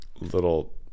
little